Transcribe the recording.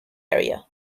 area